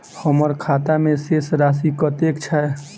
हम्मर खाता मे शेष राशि कतेक छैय?